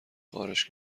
خارش